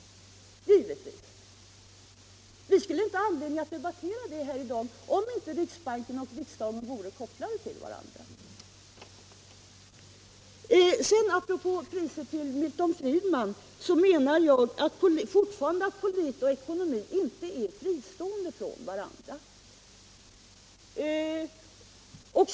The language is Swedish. Vi skulle ha anledning att debattera detta i dag om inte riksbanken och riksdagen vore kopplade till varandra. Apropå priset till Milton Friedman menar jag fortfarande att politik och ekonomi inte är fristående från varandra.